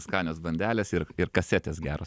skanios bandelės ir ir kasetės geros